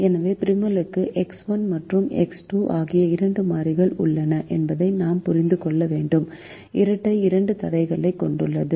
எனவே ப்ரிமலுக்கு எக்ஸ் 1 மற்றும் எக்ஸ் 2 ஆகிய இரண்டு மாறிகள் உள்ளன என்பதை நாம் புரிந்து கொள்ள வேண்டும் இரட்டை இரண்டு தடைகளைக் கொண்டுள்ளது